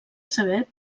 saber